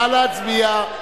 נא להצביע.